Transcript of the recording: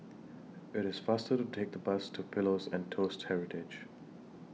IT IS faster to Take The Bus to Pillows and Toast Heritage